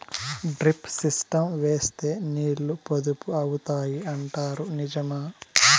Drip system వేస్తే నీళ్లు పొదుపు అవుతాయి అంటారు నిజమా?